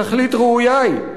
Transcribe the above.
תכלית ראויה היא,